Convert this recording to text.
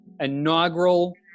inaugural